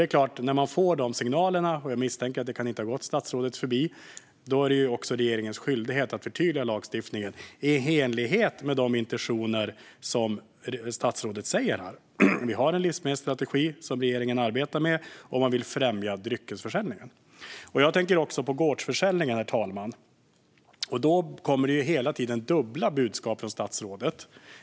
När regeringen får de signalerna - jag misstänker att det inte har gått statsrådet förbi - är det också regeringens skyldighet att förtydliga lagstiftningen i enlighet med de intentioner som statsrådet säger här att man har. Vi har en livsmedelsstrategi som regeringen arbetar med, och man vill främja dryckesförsäljningen. Jag tänker också på gårdsförsäljning, herr talman. Det kommer hela tiden dubbla budskap från statsrådet.